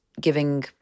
giving